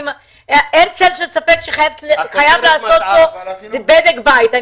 אין צל של ספק שחייב להיעשות פה בדק בית.